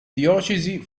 diocesi